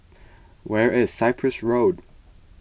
where is Cyprus Road